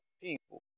people